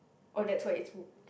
oh that tour is full